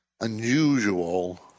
unusual